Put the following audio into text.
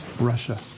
Russia